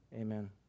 Amen